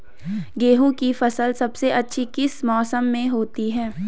गेहूँ की फसल सबसे अच्छी किस मौसम में होती है